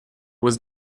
was